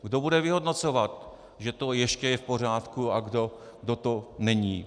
Kdo bude vyhodnocovat, že to ještě je v pořádku a kdy to není.